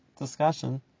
discussion